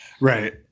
Right